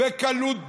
בקלות דעת.